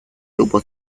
grupo